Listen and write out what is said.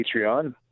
Patreon